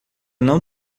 não